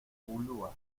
ulua